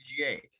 PGA